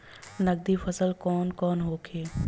नकदी फसल कौन कौनहोखे?